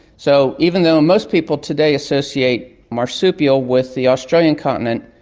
so even though most people today associate marsupials with the australian continent,